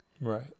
Right